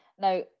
Now